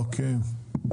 אוקיי.